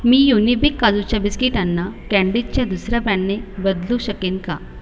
मी Unibic काजूच्या बिस्किटांना कँडीजच्या दुसर्या बॅने बदलू शकेन का